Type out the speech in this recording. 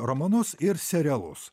romanus ir serialus